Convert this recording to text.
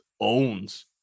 owns